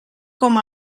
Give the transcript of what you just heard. com